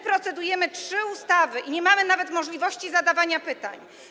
Procedujemy te trzy ustawy i nie mamy nawet możliwości zadawania pytań.